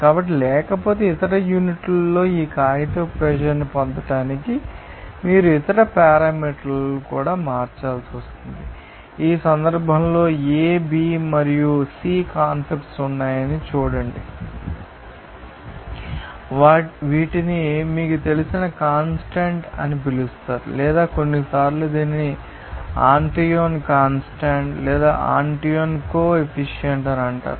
కాబట్టి లేకపోతే ఇతర యూనిట్లలో ఈ కాగితపు ప్రెషర్ ని పొందడానికి మీరు ఇతర పారామీటర్లను కూడా మార్చాలి ఈ సందర్భంలో A B మరియు C కాన్స్టాంట్ ఉన్నాయని చూడండి వీటిని మీకు తెలిసిన కాన్స్టాంట్ అని పిలుస్తారు లేదా కొన్నిసార్లు దీనిని అంటోయిన్ కాన్స్టాంట్ లేదా ఆంటోయిన్ కో ఎఫిసియెంట్ అంటారు